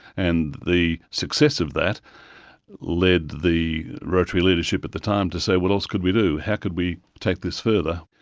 and the success of that led the rotary leadership at the time to say what else could we do, how could we take this further?